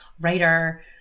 writer